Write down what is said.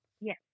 Yes